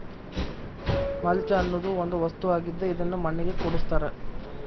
mulch ಅನ್ನುದು ಒಂದ ವಸ್ತು ಆಗಿದ್ದ ಇದನ್ನು ಮಣ್ಣಿಗೆ ಕೂಡಸ್ತಾರ